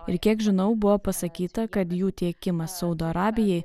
ir kiek žinau buvo pasakyta kad jų tiekimas saudo arabijai